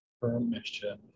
permission